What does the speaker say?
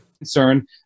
Concern